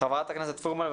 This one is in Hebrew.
חברת הכנסת פרומן.